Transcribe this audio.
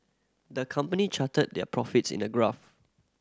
the company charted their profits in a graph